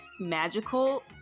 magical